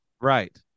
right